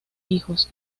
hijos